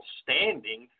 standing